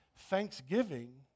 Thanksgiving